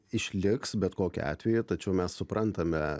išliks bet kokiu atveju tačiau mes suprantame